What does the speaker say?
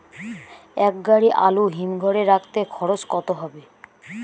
এক গাড়ি আলু হিমঘরে রাখতে খরচ কত?